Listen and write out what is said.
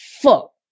Fuck